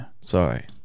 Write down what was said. Sorry